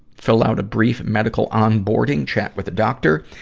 fill out a brief medical onboarding chat with a doctor,